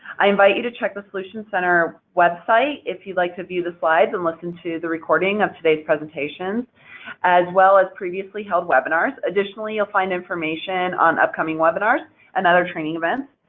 i invite you to check the solutions center website if you'd like to view the slides and listen to the recordings of today's presentations as well as previously held websites. additionally, you'll find information on upcoming webinars and other training events.